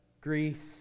Greece